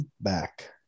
back